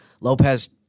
Lopez